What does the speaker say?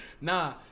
Nah